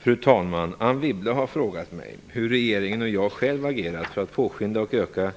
Fru talman! Anne Wibble har frågat mig hur regeringen och jag själv agerat för att påskynda och öka